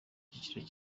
icyiciro